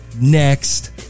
next